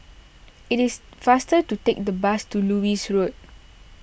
it is faster to take the bus to Lewis Road